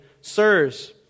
Sirs